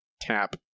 tap